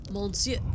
Monsieur